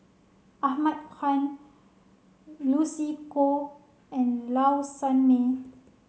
Ahmad Khan Lucy Koh and Low Sanmay